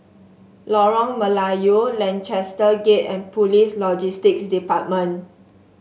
Lorong Melayu Lancaster Gate and Police Logistics Department